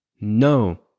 No